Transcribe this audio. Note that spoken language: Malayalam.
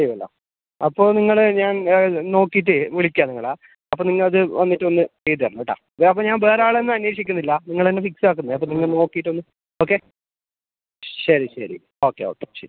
ചെയ്യാലോ അപ്പോൾ നിങ്ങളെ ഞാൻ നോക്കിയിട്ട് വിളിക്കാം നിങ്ങൾ ആ അപ്പം നിങ്ങൾ അത് വന്നിട്ടൊന്ന് ചെയ്ത് തെരണോട്ടാ കാരണം ഞാൻ വേറെ ആളെയൊന്നും അന്വേഷിക്കുന്നില്ല നിങ്ങൾ തന്നെ ഫിക്സ് ആക്കുന്നത് അപ്പം നിങ്ങൾ നോക്കിയിട്ടൊന്ന് ഓക്കെ ശരി ശരി ഓക്കെ ഓക്കെ ശരി